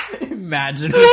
Imagine